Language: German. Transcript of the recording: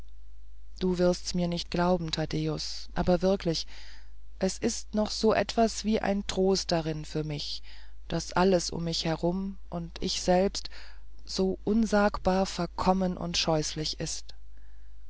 du wirst's mir nicht glauben thaddäus aber wirklich es ist noch so etwas wie ein trost darin für mich daß alles um mich herum und ich selbst so unsagbar verkommen und scheußlich ist